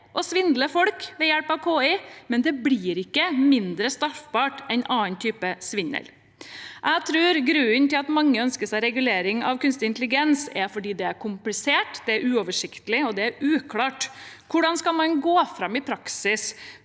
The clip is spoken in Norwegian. å svindle folk ved hjelp av KI, men det blir ikke mindre straffbart enn annen type svindel. Jeg tror grunnen til at mange ønsker regulering av kunstig intelligens, er at det er komplisert, uoversiktlig og uklart. Hvordan skal man gå fram i praksis